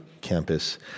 campus